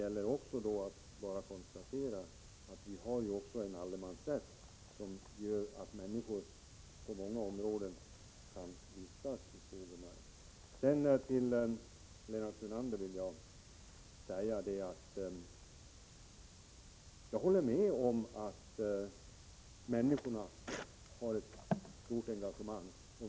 Vi kan också konstatera att allemansrätten gör att människor i stor utsträckning kan vistas ute i skog och mark. Jag håller med, Lennart Brunander, om att människorna har ett stort engagemang.